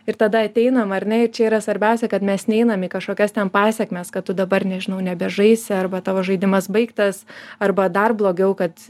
ir tada ateinam ar ne ir čia yra svarbiausia kad mes neinam į kažkokias ten pasekmes kad tu dabar nežinau nebežaisi arba tavo žaidimas baigtas arba dar blogiau kad